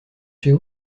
chez